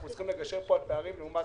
אנחנו צריכים לגשר פה על פערים לעומת